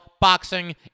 boxing